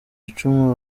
icumu